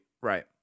right